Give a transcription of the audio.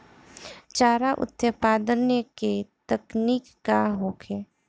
चारा उत्पादन के तकनीक का होखे?